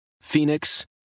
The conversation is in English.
Phoenix